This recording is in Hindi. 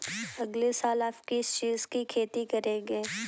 अगले साल आप किस चीज की खेती करेंगे?